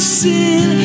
sin